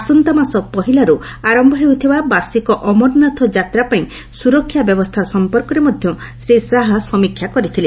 ଆସନ୍ତାମାସ ପହିଲାରୁ ଆରମ୍ଭ ହେଉଥିବା ବାର୍ଷିକ ଅମରନାଥ ଯାତ୍ରା ପାଇଁ ସୁରକ୍ଷା ବ୍ୟବସ୍ଥା ସମ୍ପର୍କରେ ମଧ୍ୟ ଶ୍ରୀ ଶାହା ସମୀକ୍ଷା କରିଥିଲେ